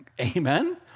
Amen